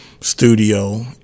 studio